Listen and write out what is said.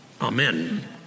Amen